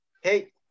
hey